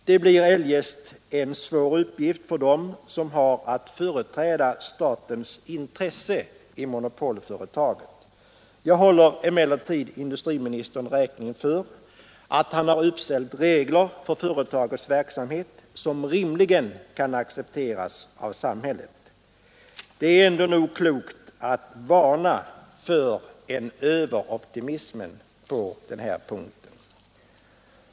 Det blir eljest en svår uppgift för dem som har att företräda statens intressen i monopolföretaget. Jag håller emellertid industriministern räkning för att han har uppställt regler för företagets verksamhet som rimligen kan accepteras av samhället. Det är nog klokt att ändå varna för en överoptimism på den här punkten.